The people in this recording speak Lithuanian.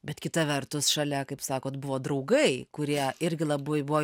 bet kita vertus šalia kaip sakot buvo draugai kurie irgi labai buvo